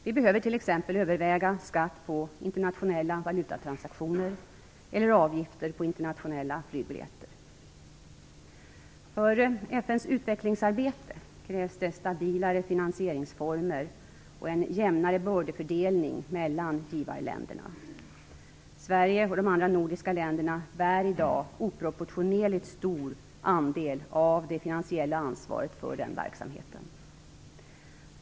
Vi behöver t.ex. överväga skatt på internationella valutatransaktioner eller avgifter på internationella flygbiljetter. För FN:s utvecklingsarbete krävs det stabilare finansieringsformer och en jämnare bördefördelning mellan givarländerna. Sverige och de andra nordiska länderna bär i dag en oproportionerligt stor andel av det finansiella ansvaret för den verksamheten.